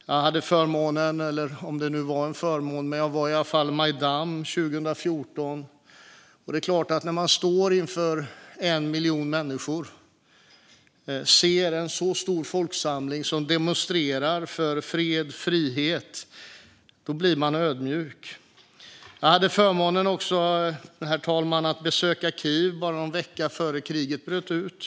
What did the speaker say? Jag var även på Majdan 2014, och man blir ödmjuk av att se 1 miljon människor demonstrera för fred och frihet. Jag hade också förmånen att besöka Kiev bara någon vecka innan kriget bröt ut.